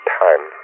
time